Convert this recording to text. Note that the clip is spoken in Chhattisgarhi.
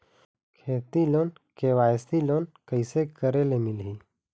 खेती लोन के.वाई.सी लोन कइसे करे ले मिलही?